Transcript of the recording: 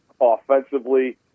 Offensively